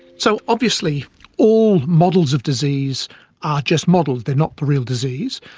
so, obviously all models of disease are just models, they are not the real disease,